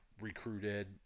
recruited